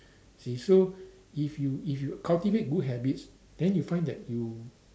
see so if you if you cultivate good habits then you find that you